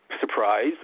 surprise